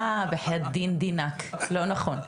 בחייאת דין דינאק, לא נכון.